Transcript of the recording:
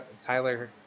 Tyler